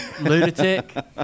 lunatic